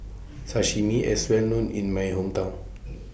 Sashimi IS Well known in My Hometown